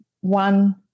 one